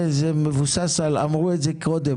אתה הופך ממילא את הכנסת למוקד של מיקוח וזה עוד יותר